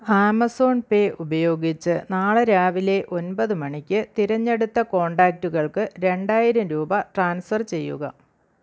Amazon Pay ഉപയോഗിച്ച് നാളെ രാവിലെ ഒൻപത് മണിക്ക് തിരഞ്ഞെടുത്ത കോൺടാക്റ്റുകൾക്കു രണ്ടായിരം രൂപ ട്രാൻസ്ഫർ ചെയ്യുക